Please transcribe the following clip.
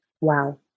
Wow